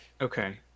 Okay